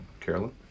Carolyn